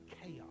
chaos